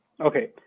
Okay